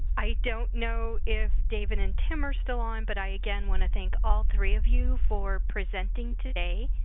i don't know if david and tim are still on, but i, again, wanna thank all three of you for presenting today.